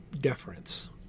deference